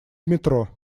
метро